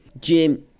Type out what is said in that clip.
Jim